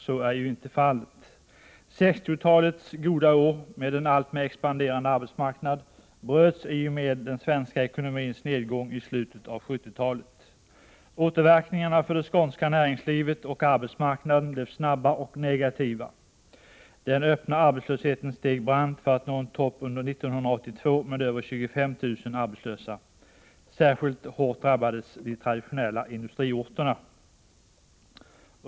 Så är inte fallet. 1960-talets goda år med en alltmer expanderande arbetsmarknad bröts i och med den svenska ekonomins nedgång i slutet av 1970-talet. Återverkningarna för det skånska näringslivet och arbetsmarknaden blev snabba och negativa: den öppna arbetslösheten steg brant för att nå en topp under 1982 med över 25 000 arbetslösa. Särskilt hårt drabbades de traditionella industriorterna.